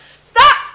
Stop